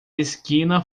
esquina